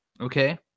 Okay